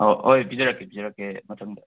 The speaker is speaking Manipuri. ꯍꯣꯏ ꯄꯤꯖꯔꯛꯀꯦ ꯄꯤꯖꯔꯛꯀꯦ ꯃꯊꯪꯗ